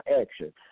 action